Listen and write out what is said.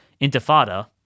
intifada